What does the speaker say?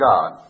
God